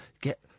get